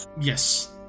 Yes